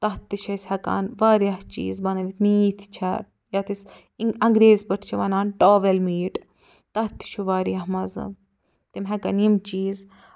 تتھ تہِ چھِ أسۍ ہٮ۪کان وارِیاہ چیٖز بنٲوِتھ میٖتھ چھَ یَتھ أسۍ اِ انٛگریزۍ پٲٹھۍ چھِ وَنان ٹاویل میٹ تتھ تہِ چھُ وارِیاہ مَزٕ تِم ہٮ۪کان یِم چیٖز